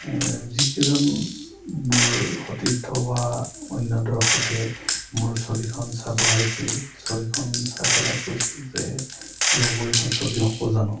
যিকেইজন মোৰ সতীৰ্থ বা অন্য দৰ্শকে মোৰ ছবিখন চাব আহিছিল ছবিখন চাই পেলাই কৈছিল যে কি হ'ব এইখন ছবি হ'ব জানো